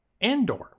Andor